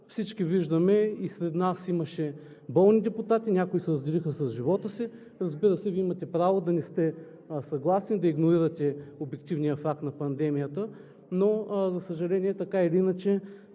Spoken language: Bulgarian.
Всички виждаме и сред нас имаше болни депутати, някой се разделиха с живота си. Разбира се, Вие имате право да не сте съгласни, да игнорирате обективния факт на пандемията, но, за съжаление, така или иначе